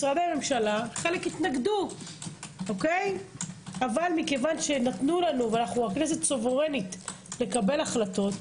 משרדי המשלה חלק התנגדו אבל כיוון שהכנסת סוברנית לקבל החלטות,